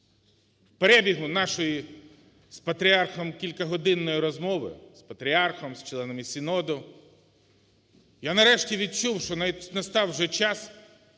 В перебігу нашої з Патріархом кількагодинної розмови, з Патріархом, з членами Синоду, я нарешті відчув, що настав вже час